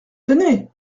tenez